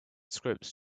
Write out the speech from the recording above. scripts